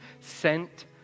sent